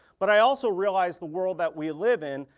but i also realized the world that we live in,